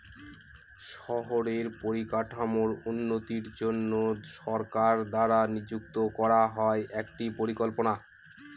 শহরের পরিকাঠামোর উন্নতির জন্য সরকার দ্বারা নিযুক্ত করা হয় একটি পরিকল্পনা